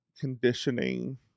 conditioning